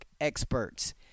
experts